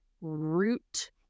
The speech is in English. root